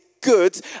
good